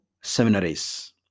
seminaries